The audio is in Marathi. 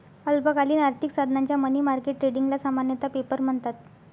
अल्पकालीन आर्थिक साधनांच्या मनी मार्केट ट्रेडिंगला सामान्यतः पेपर म्हणतात